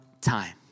time